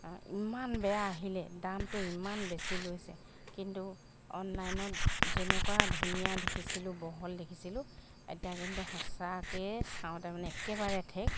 ইমান বেয়া আহিলে দামটো ইমান বেছি লৈছে কিন্তু অনলাইনত যেনেকুৱা ধুনীয়া দেখিছিলোঁ বহল দেখিছিলোঁ এতিয়া কিন্তু সঁচাকৈ চাওঁতে মানে একেবাৰে ঠেক